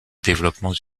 développements